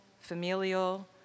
familial